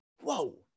whoa